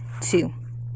two